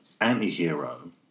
anti-hero